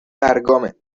برگامه